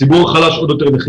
הציבור חלש עוד יותר.